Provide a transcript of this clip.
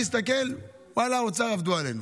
מסתכל, ואחלה, האוצר עבדו עלינו.